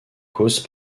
cause